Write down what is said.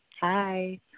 Hi